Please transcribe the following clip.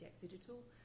Digital